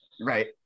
Right